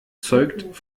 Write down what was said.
zeugt